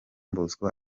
bosco